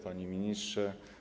Panie Ministrze!